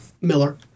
Miller